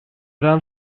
down